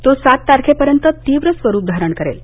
तो सात तारखेपर्यंत तीव्र स्वरूप धारण करेल